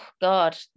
God